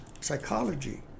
psychology